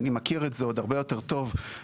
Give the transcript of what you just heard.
אני מכיר את זה עוד הרבה יותר טוב בעולם